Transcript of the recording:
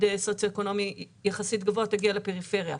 סוציו-אקונומי יחסית גבוה תגיע לפריפריה,